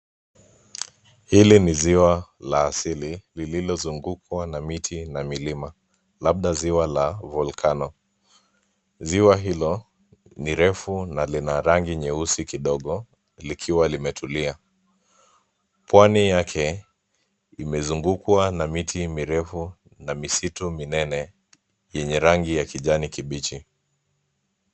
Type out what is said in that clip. Hili ni ziwa la asili lililozungukwa na miti na milima, labda ziwa la volcano , ziwa hilo ni refu na lina rangi nyeusi kidogo likiwa limetulia, pwani yake imezungukwa na miti mirefu na misitu minene yenye rangi ya kijani kibichi.